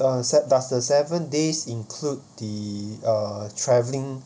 uh se~ does the seven days include the uh travelling